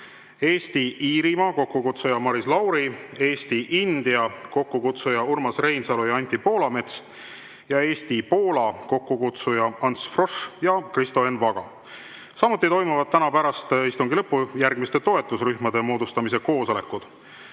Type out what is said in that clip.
Eesti-Iirimaa, kokkukutsuja on Maris Lauri; Eesti-India, kokkukutsujad Urmas Reinsalu ja Anti Poolamets; Eesti-Poola, kokkukutsujad Ants Frosch ja Kristo Enn Vaga. Samuti toimuvad täna pärast istungi lõppu järgmiste toetusrühmade moodustamise koosolekud: